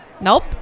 Nope